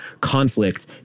conflict